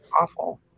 awful